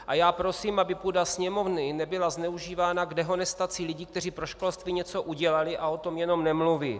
A já prosím, aby půda Sněmovny nebyla zneužívána k dehonestaci lidí, kteří pro školství něco udělali a jenom o tom nemluví.